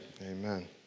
Amen